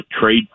trade